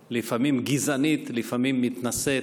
לפעמים גזענית, לפעמים מתנשאת,